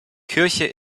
kirche